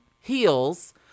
heels